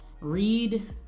Read